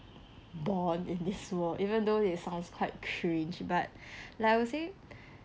born in this world even though it sounds kind cringe but like I would say